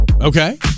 okay